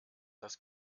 das